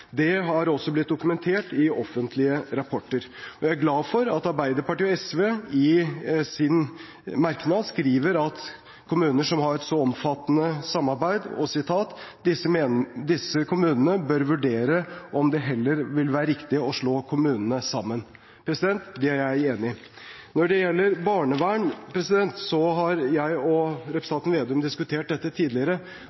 offentlige rapporter. Jeg er glad for at Arbeiderpartiet og SV i sine merknader skriver at kommuner som har et så omfattende samarbeid, «bør vurdere om det heller vil være riktig å slå kommunene sammen». Det er jeg enig i. Når det gjelder barnevern, har jeg og representanten Slagsvold Vedum diskutert dette tidligere,